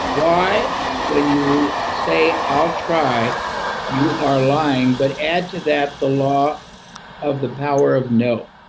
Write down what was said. why when you say i'll try you are lying, but add to that the law of the power of no.